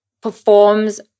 performs